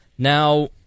Now